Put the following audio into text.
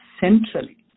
centrally